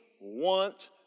want